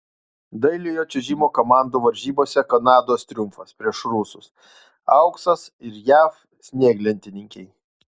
dailiojo čiuožimo komandų varžybose kanados triumfas prieš rusus auksas ir jav snieglentininkei